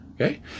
okay